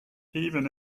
even